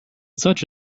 such